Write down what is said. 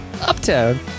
Uptown